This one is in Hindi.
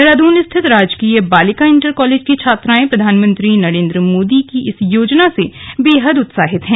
देहरादून स्थित राजकीय बालिका इंटर कॉलेज की छात्राएं प्रधानमंत्री नरेन्द्र मोदी की इस योजना से बेहद उत्साहित हैं